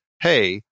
hey